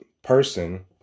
person